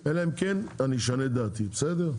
אלא אם כן אני אשנה את דעתי בסדר?